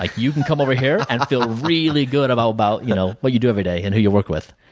like you can come over here and feel really really good about about you know what you do every day and who you work with.